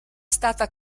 stata